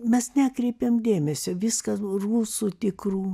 mes nekreipėm dėmesio viskas buvo rusų tikrų